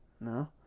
No